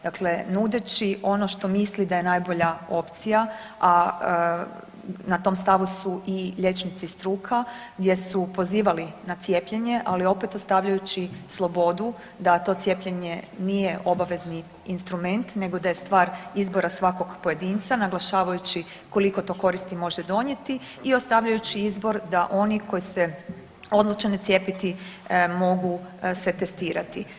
Dakle, nudeći ono što misli da je najbolja opcija, a na tom stavu su i liječnici i struka gdje su pozivali na cijepljenje ali opet ostavljajući slobodu da to cijepljenje nije obavezni instrument nego da je stvar izbora svakog pojedinca naglašavajući koliko to koristi može donijeti i ostavljajući izbor da oni koji se odluče ne cijepiti mogu se testirati.